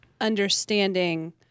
understanding